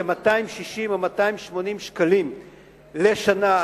260 או 280 שקלים לשנה,